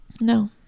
No